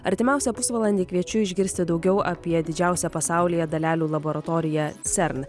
artimiausią pusvalandį kviečiu išgirsti daugiau apie didžiausią pasaulyje dalelių laboratorija cern